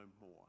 more